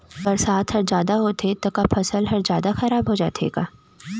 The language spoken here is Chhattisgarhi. बरसात ह जादा होथे त फसल ह का पूरा खराब हो जाथे का?